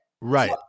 right